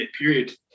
period